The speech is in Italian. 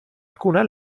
alcuna